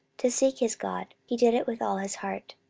to seek his god, he did it with all his heart,